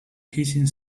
hissing